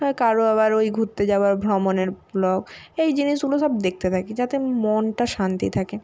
কারুর আবার ওই ঘুরতে যাওয়ার ভ্রমণের ব্লগ এই জিনিসগুলো সব দেখতে থাকি যাতে মনটা শান্তি থাকে